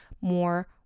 more